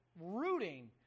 rooting